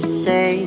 say